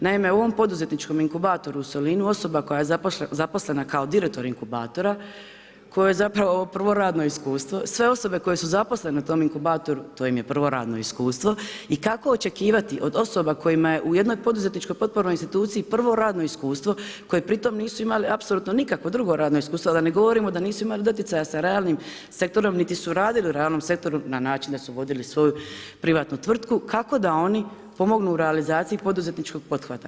Naime, u ovom poduzetničkom inkubatoru u Solinu osoba koja je zaposlena kao direkt inkubatora, kojoj zapravo prvo radno iskustvo, sve osobe koje su zaposlene u tom inkubatoru, to im je prvo radno iskustvo i kako očekivati od osoba kojima je u jednoj poduzetničkoj potpornoj instituciji prvo radno iskustvo, koje pri tom nisu imale apsolutno nikakvo drugo radno iskustvo, da ne govorimo da nisu imali doticaja sa realnim sektorom niti su radili u realnom sektoru na način da su vodili svoju privatnu tvrtku, kako da oni pomognu u realizaciji poduzetničkog pothvata.